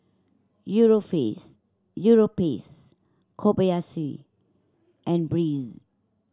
Europace Kobayashi and Breeze